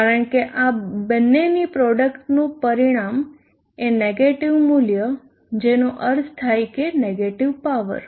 કારણ કે આ બંનેની પ્રોડકટનું પરિણામ એ નેગેટીવ મૂલ્ય જેનો અર્થ થાય છે નેગેટીવ પાવર